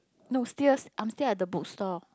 no still I'm still at the bookstore